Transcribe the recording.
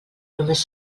només